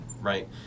Right